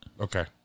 Okay